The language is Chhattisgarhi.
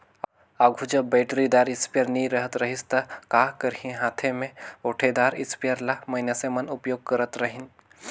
आघु जब बइटरीदार इस्पेयर नी रहत रहिस ता का करहीं हांथे में ओंटेदार इस्परे ल मइनसे मन उपियोग करत रहिन